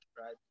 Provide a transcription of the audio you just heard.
right